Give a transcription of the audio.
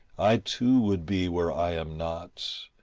i too would be where i am not.